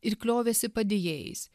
ir kliovėsi padėjėjais